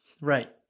Right